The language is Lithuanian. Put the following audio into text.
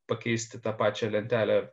pakeisti tą pačią lentelę